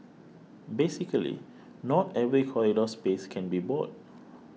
basically not every corridor space can be bought